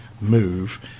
move